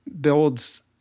builds